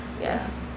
Yes